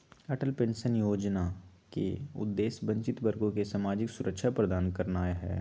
Atal pension जोजना के उद्देश्य वंचित वर्गों के सामाजिक सुरक्षा प्रदान करनाइ हइ